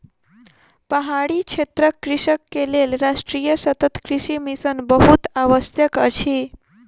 पहाड़ी क्षेत्रक कृषक के लेल राष्ट्रीय सतत कृषि मिशन बहुत आवश्यक अछि